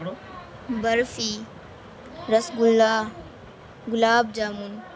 barfi rasgulla gulab jamun